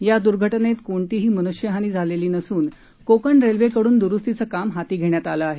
या दुर्घटनेत कोणतीही मनुष्यहानी झालेली नसून कोकण रेल्वेकडून दुरुस्तीच काम हाती घेण्यात आलं आहे